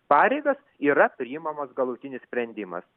pareigas yra priimamas galutinis sprendimas